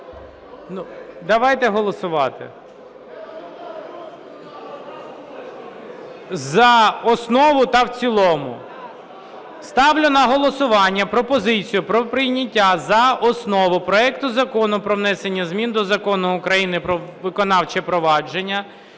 Давайте голосувати. За основу та в цілому. Ставлю на голосування пропозицію про прийняття за основу проекту Закону про внесення змін до Закону України "Про виконавче провадження"